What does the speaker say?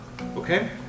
okay